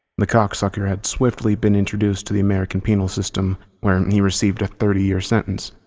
the cocksucker had swiftly been introduced to the american penal system where he received a thirty year sentence,